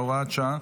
הוראת שעה),